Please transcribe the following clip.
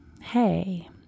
Hey